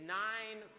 nine